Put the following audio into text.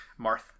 Marth